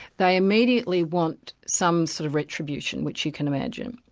they immediately want some sort of retribution, which you can imagine.